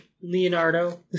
Leonardo